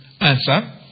answer